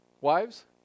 Wives